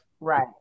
Right